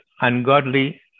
ungodly